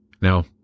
Now